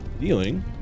dealing